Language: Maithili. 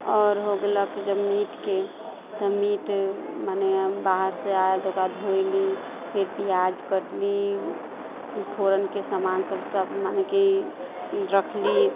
आओर हो गयलक जब मीटके तऽ मीट मने बाहरसँ आयल तऽ ओकरा धोयली फेर प्याज कटली फेर फोरनके सामानसभ सब माने कि रखली